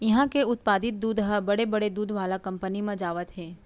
इहां के उत्पादित दूद ह बड़े बड़े दूद वाला कंपनी म जावत हे